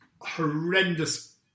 horrendous